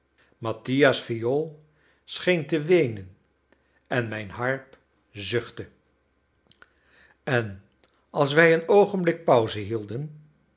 mattia's viool scheen te weenen en mijne harp zuchtte en als wij een oogenblik pauze hielden